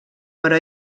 però